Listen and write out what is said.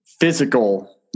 physical